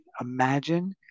imagine